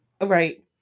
right